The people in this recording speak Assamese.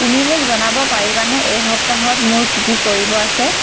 তুমি মোক জনাব পাৰিবানে এই সপ্তাহত মোৰ কি কি কৰিব আছে